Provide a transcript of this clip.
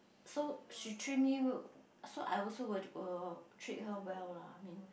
so she treat me rude so I also will will treat her well lah I mean